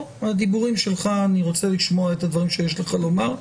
אני רוצה לשמוע את הדברים שיש לך לומר.